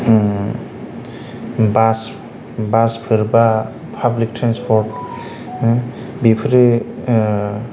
बास बासफोरबा public transport बेफोरो